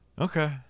Okay